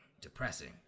depressing